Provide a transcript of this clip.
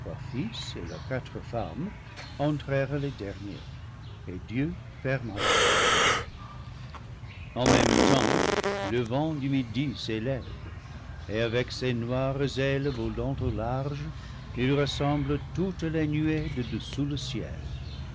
et leurs quatre femmes entrèrent les derniers et dieu ferma la porte en même temps le vent du midi s'élève et avec ses noires ailes volant au large il ressemble toutes les nuées de dessous le ciel